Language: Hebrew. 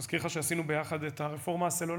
אני מזכיר לך שעשינו יחד את הרפורמה הסלולרית,